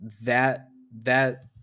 that—that